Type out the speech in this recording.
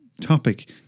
topic